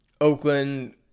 Oakland